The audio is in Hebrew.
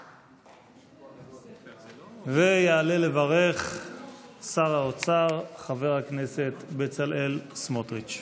(מחיאות כפיים) יעלה לברך שר האוצר חבר הכנסת בצלאל סמוטריץ'.